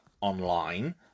online